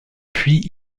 puis